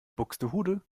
buxtehude